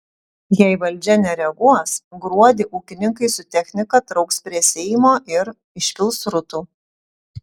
jei valdžia nereaguos gruodį ūkininkai su technika trauks prie seimo ir išpils srutų